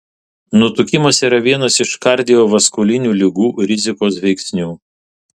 nutukimas yra vienas iš kardiovaskulinių ligų rizikos veiksnių